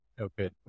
okay